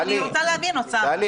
לא, אני רוצה להבין, אוסאמה.